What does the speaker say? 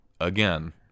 again